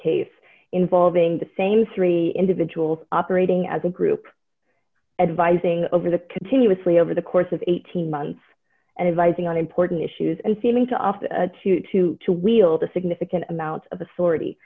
case involving the same three individuals operating as a group advising over the continuously over the course of eighteen months and inviting on important issues and feeling to offer to two to wield a significant amount of authority